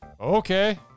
Okay